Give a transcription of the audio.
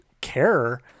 care